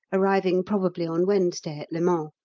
arriving probably on wednesday at le mans.